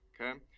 okay